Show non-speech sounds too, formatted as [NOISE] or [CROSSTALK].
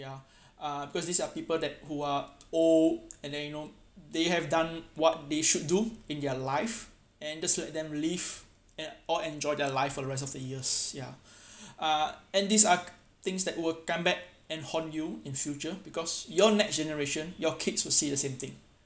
ya [BREATH] uh cause these are people that who are old and then you know they have done what they should do in their life and just let them live and or enjoy their life for the rest of the years ya [BREATH] uh and these are things that will come back and haunt you in future because your next-generation your kids will see the same thing